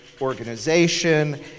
organization